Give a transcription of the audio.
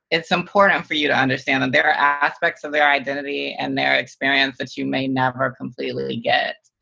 it's important for you to understand that there are aspects of their identity and their experience that you may never completely get.